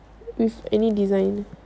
with any design